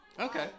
Okay